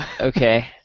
Okay